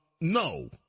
No